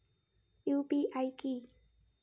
UPI কি?